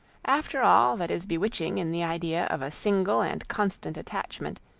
after all that is bewitching in the idea of a single and constant attachment,